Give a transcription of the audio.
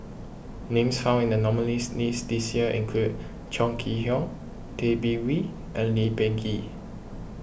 names found in the nominees' list this year include Chong Kee Hiong Tay Bin Wee and Lee Peh Gee